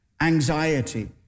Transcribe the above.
anxiety